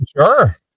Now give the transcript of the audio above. Sure